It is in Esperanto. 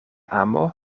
amo